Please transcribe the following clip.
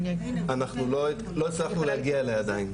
אנחנו לא הצלחנו להגיע אליה עדיין.